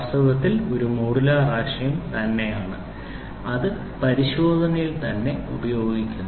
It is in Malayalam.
വാസ്തവത്തിൽ ഒരു മോഡുലാർ ആശയം തന്നെ ആണ് അത് പരിശോധനയിൽ തന്നെ ഉപയോഗിക്കുന്നു